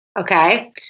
okay